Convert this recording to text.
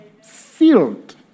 Sealed